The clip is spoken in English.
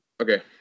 Okay